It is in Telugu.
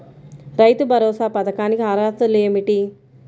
రైతు భరోసా పథకానికి అర్హతలు ఏమిటీ?